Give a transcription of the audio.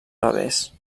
revés